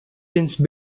since